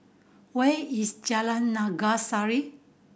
where is Jalan Naga Sari